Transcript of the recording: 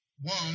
one